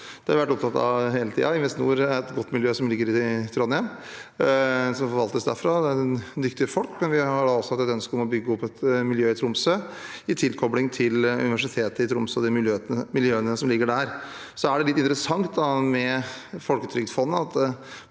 Det har vi vært opptatt av hele tiden. Investinor er et godt miljø som ligger i Trondheim, og som forvaltes derfra. Det er dyktige folk, men vi har også hatt et ønske om å bygge opp et miljø i Tromsø i tilkobling til Universitetet i Tromsø og de miljøene som ligger der. Det som er litt interessant med Folketrygdfondet,